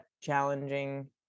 challenging